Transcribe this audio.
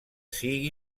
sigui